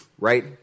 Right